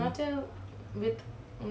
oh